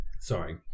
Sorry